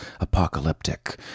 apocalyptic